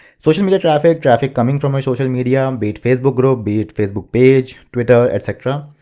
social media traffic, traffic coming from ah social media, um be it facebook group, be it facebook page, twitter, etc.